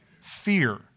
Fear